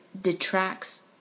detracts